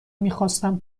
میخواستم